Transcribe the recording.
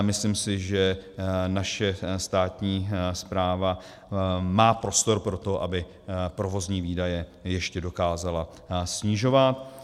Myslím si, že naše státní správa má prostor pro to, aby provozní výdaje ještě dokázala snižovat.